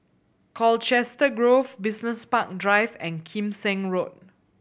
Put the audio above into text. Colchester Grove Business Park Drive and Kim Seng Road